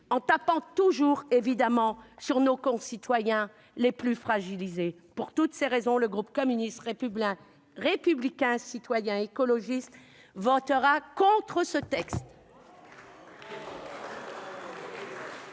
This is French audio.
en tapant toujours sur nos concitoyens les plus fragiles. Pour toutes ces raisons, le groupe communiste républicain citoyen et écologiste votera contre ce projet